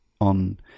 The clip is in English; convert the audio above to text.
on